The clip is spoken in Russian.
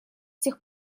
тех